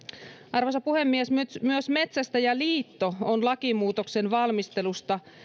arvoisa puhemies myös myös metsästäjäliitto on lakimuutoksen valmistelusta